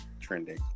trending